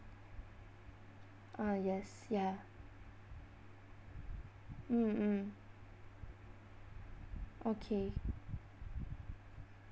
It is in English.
uh yes ya mm mm okay